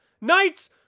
knights